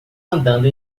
andando